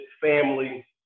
family